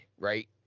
Right